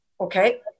Okay